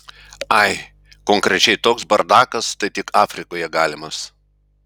ai konkrečiai toks bardakas tai tik afrikoje galimas